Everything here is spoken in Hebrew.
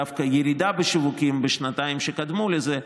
דווקא הירידה בשיווקים בשנתיים שקדמו לזה,